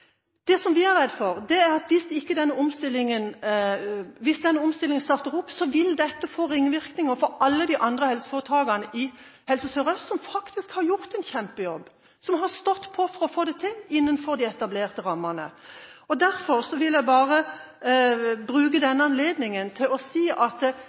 brukerne. Det vi er redde for, er at hvis ikke omstillingen ved Oslo-sykehusene fortsetter, vil det få ringvirkninger for alle de andre helseforetakene i Helse Sør-Øst, som faktisk har gjort en kjempejobb, og som har stått på for å få det til innenfor de etablerte rammene. Derfor vil jeg bruke denne anledningen til å si at